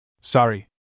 Sorry